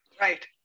Right